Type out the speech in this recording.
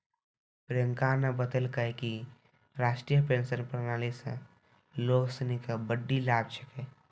प्रियंका न बतेलकै कि राष्ट्रीय पेंशन प्रणाली स लोग सिनी के बड्डी लाभ छेकै